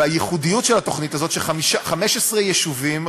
והייחודיות של התוכנית הזאת היא ש-15 יישובים,